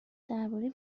درباره